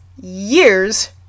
years